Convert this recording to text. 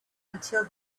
until